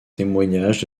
témoignages